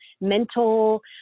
mental